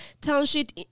Township